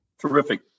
terrific